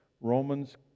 Romans